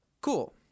Cool